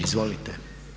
Izvolite.